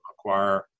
acquire